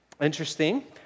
Interesting